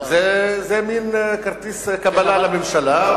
זה מין כרטיס קבלה לממשלה,